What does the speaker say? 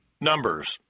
Numbers